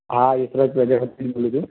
હા એકરજ પ્રજાપતિ બોલું છું